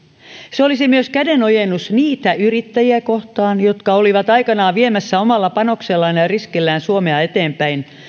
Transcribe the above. se olisi myös kädenojennus niitä yrittäjiä kohtaan jotka olivat aikanaan viemässä omalla panoksellaan ja ja riskillään suomea eteenpäin